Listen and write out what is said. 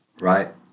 Right